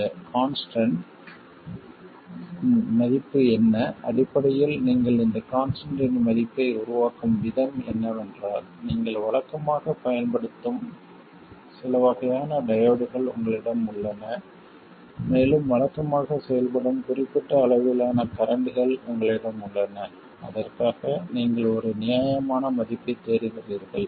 இந்த கான்ஸ்டன்ட் இன் மதிப்பு என்ன அடிப்படையில் நீங்கள் இந்த கான்ஸ்டன்ட் இன் மதிப்பை உருவாக்கும் விதம் என்னவென்றால் நீங்கள் வழக்கமாகப் பயன்படுத்தும் சில வகையான டையோட்கள் உங்களிடம் உள்ளன மேலும் வழக்கமாக செயல்படும் குறிப்பிட்ட அளவிலான கரண்ட்கள் உங்களிடம் உள்ளன அதற்காக நீங்கள் ஒரு நியாயமான மதிப்பைத் தேடுகிறீர்கள்